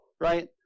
right